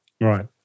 Right